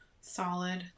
solid